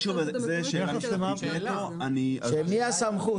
של מי הסמכות?